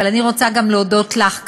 אבל אני רוצה גם להודות לך,